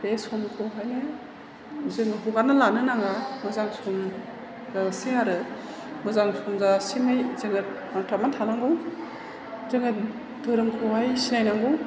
बे समखौहायनो जों हगारना लानो नाङा मोजां सम जाजासे आरो मोजां सम जाजासिमै जोङो नांथाबनानै थानांगौ जोङो धोरोमखौहाय सिनायनांगौ